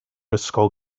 ysgol